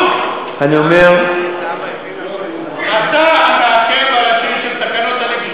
שכל התקנות שמצטברות, אתה המעכב הראשי שלהן.